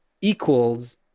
equals